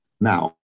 Now